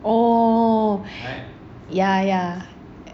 oh yeah yeah